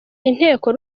inteko